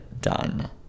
done